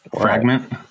fragment